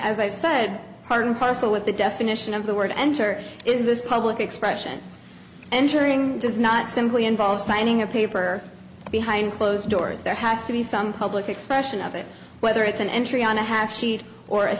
i've said part and parcel with the definition of the word enter is this public expression entering does not simply involve signing a paper behind closed doors there has to be some public expression of it whether it's an entry on a half sheet or a